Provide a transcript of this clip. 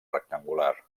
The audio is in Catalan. rectangular